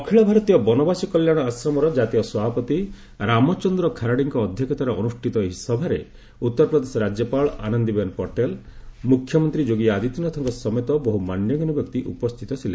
ଅଖିଳ ଭାରତୀୟ ବନବାସୀ କଲ୍ୟାଣ ଆଶ୍ରମର କାତୀୟ ସଭାପତି ରାମଚନ୍ଦ୍ର ଖାରାଡିଙ୍କ ଅଧ୍ୟକ୍ଷତାରେ ଅନୁଷ୍ଠିତ ଏହି ସଭାରେ ଉତ୍ତରପ୍ରଦେଶ ରାଜ୍ୟପାଳ ଆନନ୍ଦୀବେନ୍ ପଟେଲ ମୁଖ୍ୟମନ୍ତ୍ରୀ ଯୋଗୀ ଆଦିତ୍ୟନାଥଙ୍କ ସମେତ ବହୁ ମାନ୍ୟଗଣ୍ୟ ବ୍ୟକ୍ତି ଉପସ୍ଥିତ ଥିଲେ